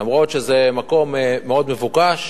אף שזה מקום מאוד מבוקש,